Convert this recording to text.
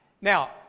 Now